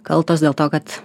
kaltos dėl to kad